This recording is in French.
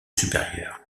supérieur